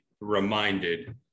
reminded